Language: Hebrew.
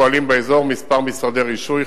פועלים באזור כמה משרדי רישוי,